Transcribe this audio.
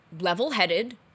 level-headed